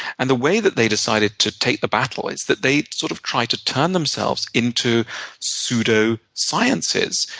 and the way that they decided to take the battle is that they sort of tried to turn themselves into pseudo sciences.